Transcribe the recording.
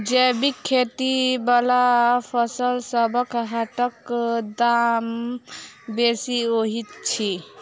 जैबिक खेती बला फसलसबक हाटक दाम बेसी होइत छी